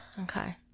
okay